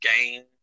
games